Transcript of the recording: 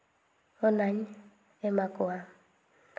ᱚᱱᱟᱧ ᱮᱢᱟ ᱠᱚᱣᱟ